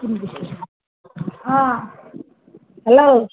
অঁ হেল্ল'